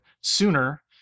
sooner